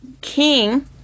King